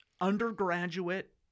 undergraduate